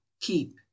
Keep